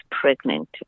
pregnant